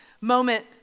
moment